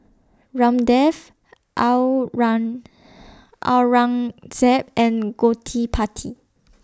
Ramdev Aurangzeb and Gottipati